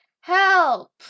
Help